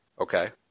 Okay